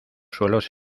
suelos